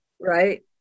right